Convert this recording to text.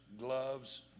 gloves